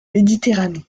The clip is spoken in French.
méditerranée